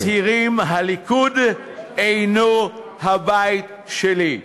מצהירים: הליכוד אינו הבית השלי.